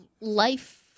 life